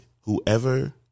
whoever